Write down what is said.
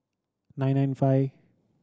nine nine five